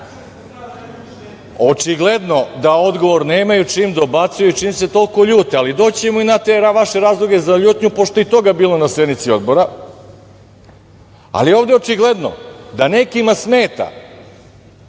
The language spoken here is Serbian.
duga. Očigledno da odgovor nemaju čim dobacuju, čim se toliko ljute, ali doći ćemo i na te vaše razloge za ljutnju, pošto je i toga bilo na sednici Odbora, ali onda je očigledno da nekima smeta